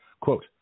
Quote